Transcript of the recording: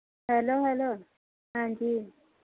hello hello ਹਾਂਜੀ